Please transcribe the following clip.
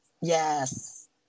Yes